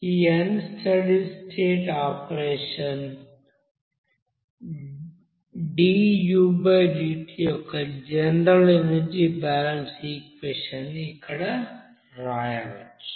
ఈ unsteady state operation యొక్క general energy balance equation ని ఇక్కడ వ్రాయవచ్చు